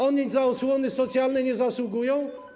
Oni na osłony socjalne nie zasługują?